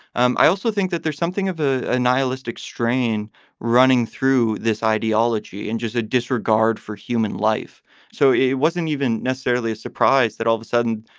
um i also think that there's something of a a nihilistic strain running through this ideology and just a disregard for human life so it wasn't even necessarily a surprise that all of a sudden,